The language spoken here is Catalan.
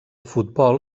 futbol